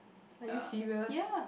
are you serious